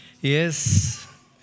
yes